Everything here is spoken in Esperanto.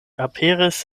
aperis